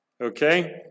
Okay